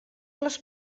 les